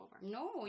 No